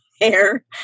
hair